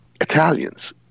italians